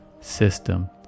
system